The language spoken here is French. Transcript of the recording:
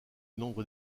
nombre